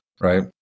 Right